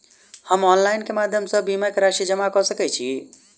हम ऑनलाइन केँ माध्यम सँ बीमा केँ राशि जमा कऽ सकैत छी?